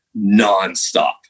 nonstop